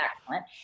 excellent